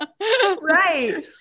Right